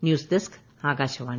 news desk Akashvani